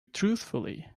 truthfully